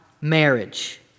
marriage